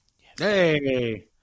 Hey